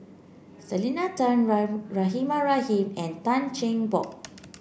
Selena Tan Rahimah Rahim and Tan Cheng Bock